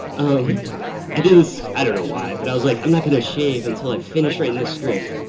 um i do this, i don't know why but i was like i'm not going to shave until i finish writing this script.